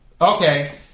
Okay